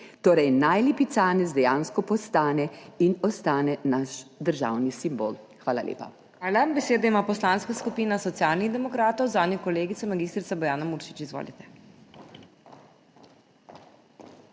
Torej naj lipicanec dejansko postane in ostane naš državni simbol. Hvala lepa.